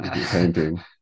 painting